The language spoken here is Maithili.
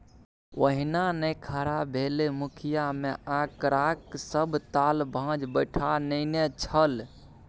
ओहिना नै खड़ा भेलै मुखिय मे आंकड़ाक सभ ताल भांज बैठा नेने छल